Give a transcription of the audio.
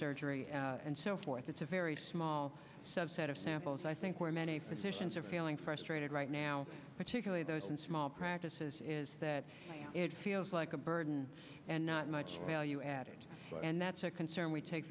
surgery and so forth it's a very small subset of samples i think where many physicians are feeling frustrated right now particularly those in small prac it is that it feels like a burden and not much value added and that's a concern we take